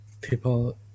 people